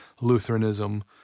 Lutheranism